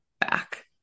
back